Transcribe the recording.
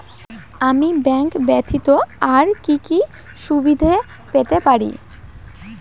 আমি ব্যাংক ব্যথিত আর কি কি সুবিধে পেতে পারি?